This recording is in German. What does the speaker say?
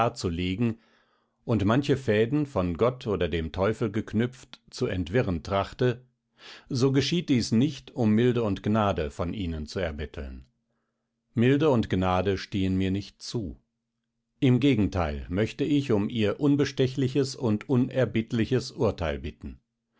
klarzulegen und manche fäden von gott oder dem teufel geknüpft zu entwirren trachte so geschieht dies nicht um milde und gnade von ihnen zu erbetteln milde und gnade stehen mir nicht zu im gegenteil möchte ich um ihr unbestechliches und unerbittliches urteil bitten